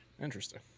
Interesting